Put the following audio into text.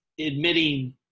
admitting